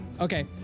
Okay